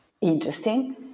interesting